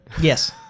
Yes